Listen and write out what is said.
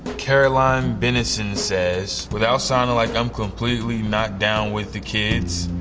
caroline bennison says without sounding like i'm completely not down with the kids,